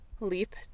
leap